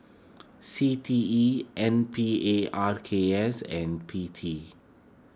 C T E N P A R K S and P T